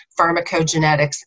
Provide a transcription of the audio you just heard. pharmacogenetics